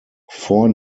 vor